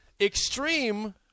extreme